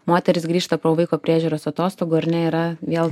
moteris grįžta pro vaiko priežiūros atostogų ar ne yra vėl